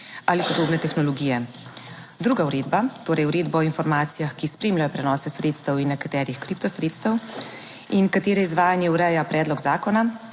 ali podobne tehnologije. Druga uredba, torej Uredba o informacijah, ki spremljajo prenose sredstev in nekaterih kripto sredstev, in katere izvajanje ureja Predlog zakona,